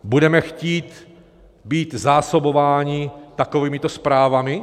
Budeme chtít být zásobováni takovýmito zprávami?